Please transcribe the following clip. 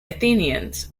athenians